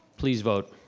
please vote.